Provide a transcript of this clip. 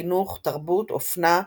חינוך, תרבות, אופנה,